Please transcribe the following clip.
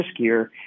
riskier